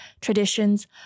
traditions